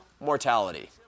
mortality